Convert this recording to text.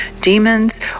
Demons